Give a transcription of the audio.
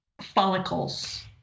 follicles